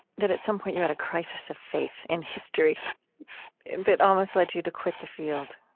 that at some point you had a crisis of faith in history that almost led you to quit the field.